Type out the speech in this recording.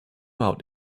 out